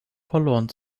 verloren